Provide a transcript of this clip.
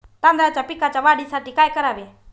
तांदळाच्या पिकाच्या वाढीसाठी काय करावे?